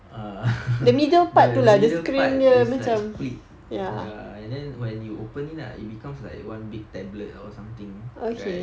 err the middle part is like split ya and then when you open it up it becomes like one big tablet or something right